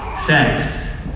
Sex